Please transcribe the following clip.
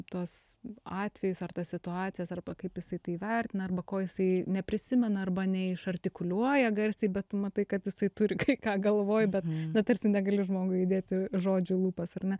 tuos atvejus ar tas situacijas arba kaip jisai tai vertina arba ko jisai neprisimena arba neišartikuliuoja garsiai bet tu matai kad jisai turi kai ką galvoj bet na tarsi negali žmogui įdėti žodžių į lūpas ar ne